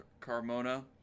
Carmona